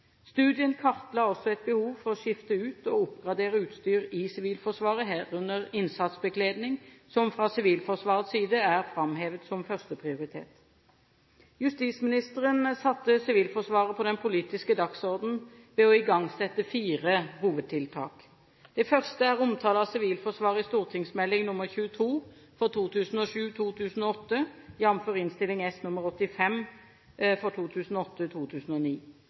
Studien kartla også et behov for å skifte ut og oppgradere utstyr i Sivilforsvaret, herunder innsatsbekledning, som fra Sivilforsvarets side er framhevet som første prioritet. Justisministeren satte Sivilforsvaret på den politiske dagsordenen ved å igangsette fire hovedtiltak: omtale av Sivilforsvaret i St.meld. nr. 22 for 2007–2008, jf. Innst. S. nr. 85 for